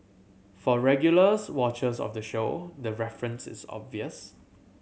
for regulars watchers of the show the reference is obvious